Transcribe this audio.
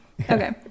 Okay